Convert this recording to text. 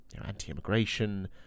anti-immigration